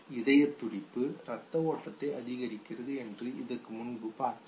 இதய துடிப்பு இரத்த ஓட்டத்தை அதிகரிக்கிறது என்று இதற்கு முன்பு பார்த்தோம்